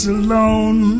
alone